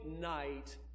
night